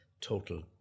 total